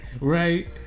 Right